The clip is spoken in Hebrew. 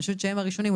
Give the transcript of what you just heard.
אני חובת שהם הראשונים.